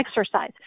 exercise